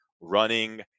running